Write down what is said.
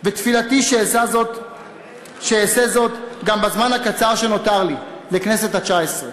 ותפילתי שאעשה זאת גם בזמן הקצר שנותר לי בכנסת התשע-עשרה,